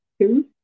Two